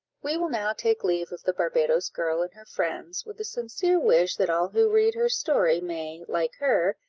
we will now take leave of the barbadoes girl and her friends, with the sincere wish that all who read her story may, like her,